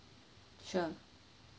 sure